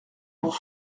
pour